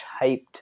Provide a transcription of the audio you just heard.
hyped